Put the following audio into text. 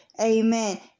Amen